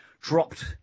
dropped